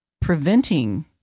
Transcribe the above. preventing